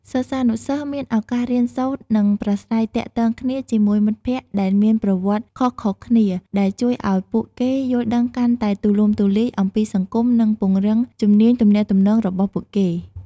សិស្សានុសិស្សមានឱកាសរៀនសូត្រ និងប្រាស្រ័យទាក់ទងគ្នាជាមួយមិត្តភក្តិដែលមានប្រវត្តិខុសៗគ្នា ដែលជួយឱ្យពួកគេយល់ដឹងកាន់តែទូលំទូលាយអំពីសង្គម និងពង្រឹងជំនាញទំនាក់ទំនងរបស់ពួកគេ។